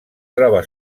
troba